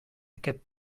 aquest